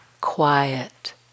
quiet